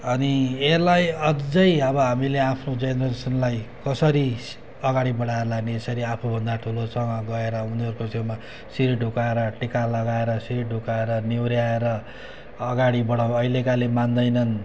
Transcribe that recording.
अनि यसलाई अझै अब हामीले आफ्नो जेनेरेसनलाई कसरी अगाडि बढाएर लाने यसरी आफूभन्दा ठुलोसँग गएर उनीहरूको छेउमा शिर झुकाएर टिका लगाएर शिर झुकाएर निहुर्याएर अगाडि बढाउन अहिलेकाले मान्दैनन्